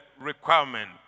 requirement